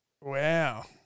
Wow